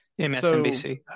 MSNBC